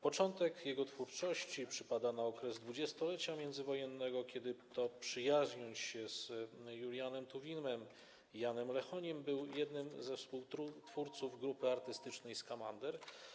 Początek jego twórczości przypada na okres dwudziestolecia międzywojennego, kiedy to przyjaźnił się z Julianem Tuwimem i Janem Lechoniem i był jednym ze współtwórców grupy artystycznej Skamander.